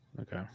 Okay